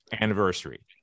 Anniversary